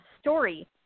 story